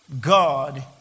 God